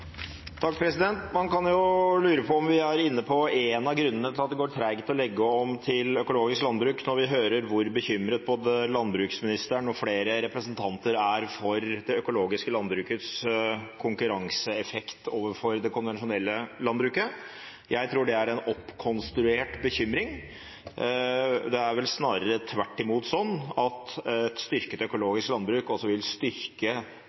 inne på én av grunnene til at det går tregt å legge om til økologisk landbruk, når vi hører hvor bekymret både landbruksministeren og flere representanter er for det økologiske landbrukets konkurranseeffekt overfor det konvensjonelle landbruket. Jeg tror det er en oppkonstruert bekymring. Det er vel snarere tvert imot slik at et styrket økologisk landbruk også vil styrke